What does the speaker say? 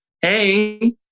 Hey